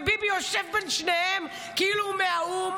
וביבי יושב בין שניהם כאילו הוא מהאו"ם.